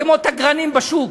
כמו תגרנים בשוק,